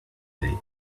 day